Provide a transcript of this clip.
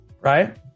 right